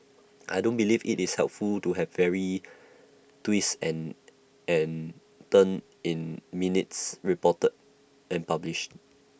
I don't believe IT is helpful to have every twist and and and turn in minutes reported and published